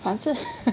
but 是